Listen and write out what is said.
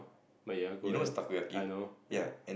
but ya go ahead I know ya